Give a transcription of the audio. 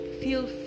feel